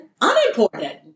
unimportant